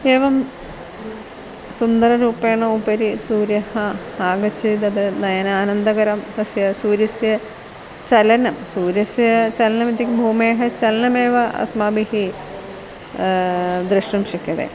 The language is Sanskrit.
एवं सुन्दररूपेण उपरि सूर्यः आगच्छति तद् नयनानन्दकरं तस्य सूर्यस्य चलनं सूर्यस्य चलनमिति भूमेः चलनमेव अस्माभिः द्रुष्टुं शक्यते